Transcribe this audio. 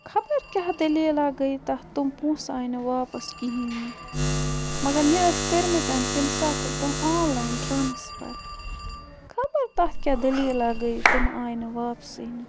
خبر کیٛاہ دٔلیٖلَہ گٔے تَتھ تِم پونٛسہٕ آیہِ نہٕ واپَس کِہیٖنۍ نہٕ مگر مےٚ ٲسۍ کٔرۍمٕتۍ تَمہِ ساتہٕ تِم آن لاین ٹرٛانَسفَر خَبر تَتھ کیٛاہ دٔلیٖلَہ گٔے تِم آیہِ نہٕ واپسٕے نہٕ